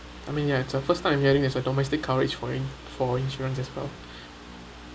I mean ya it's a first time I'm hearing that's a domestic coverage in for insurance as well